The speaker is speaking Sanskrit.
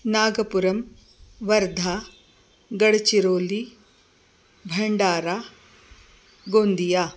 नागपुरं वर्धा गड्चिरोलि भण्डारा गोन्दिया